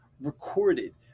recorded